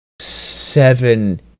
seven